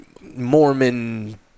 Mormon